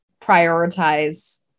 prioritize